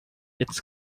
its